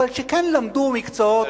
אבל שכן למדו מקצועות חול,